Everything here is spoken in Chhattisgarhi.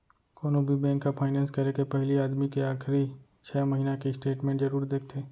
कोनो भी बेंक ह फायनेंस करे के पहिली आदमी के आखरी छै महिना के स्टेट मेंट जरूर देखथे